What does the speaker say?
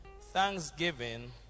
Thanksgiving